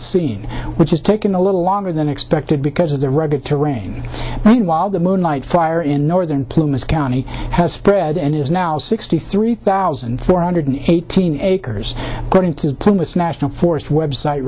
scene which has taken a little longer than expected because of the rugged terrain meanwhile the moonlight fire in northern plymouth county has spread and is now sixty three thousand four hundred eighteen acres going to plan with national forest web site